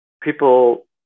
people